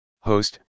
Host